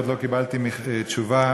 עוד לא קיבלתי תשובה.